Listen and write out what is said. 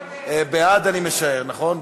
בעד, אני משער, נכון?